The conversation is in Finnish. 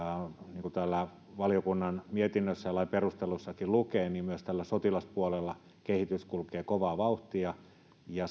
niin kuin täällä valiokunnan mietinnössä ja lain perusteluissakin lukee myös tällä sotilaspuolella kehitys kulkee kovaa vauhtia ja